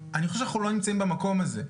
אני חושב שאנחנו לא נמצאים במקום הזה.